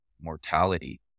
mortality